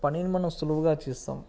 పనిని మనం సులువుగా చేస్తాం